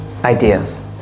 Ideas